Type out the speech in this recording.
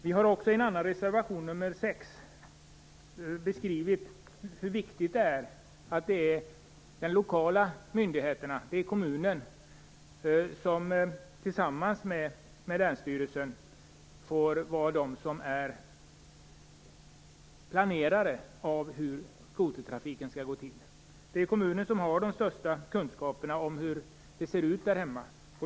Vi har också i en annan reservation, nr 6, beskrivit hur viktigt det är att det är de lokala myndigheterna, kommunerna, som tillsammans med länsstyrelsen får vara planerare av hur skotertrafiken skall gå till. Det är kommunen som har de största kunskaperna om hur det ser ut där hemma.